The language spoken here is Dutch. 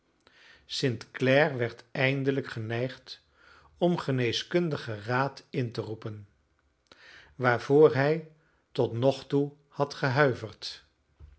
st clare werd eindelijk geneigd om geneeskundigen raad in te roepen waarvoor hij tot nog toe had gehuiverd